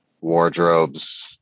wardrobes